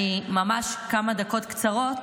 ממש בכמה דקות קצרות